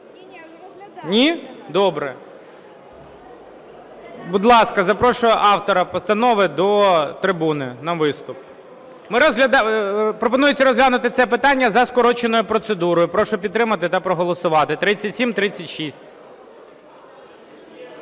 Ні? Добре. Будь ласка, запрошую автора постанови до трибуни на виступ. Пропонується розглянути це питання за скороченою процедурою. Прошу підтримати та проголосувати. 3736.